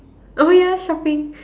oh ya shopping